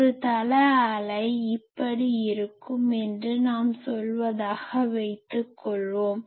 ஒரு தள அலை இப்படி இருக்கும் என்று நாம் சொல்வதாக வைத்துக்கொள்வோம்